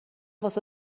واسه